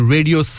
Radio